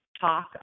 talk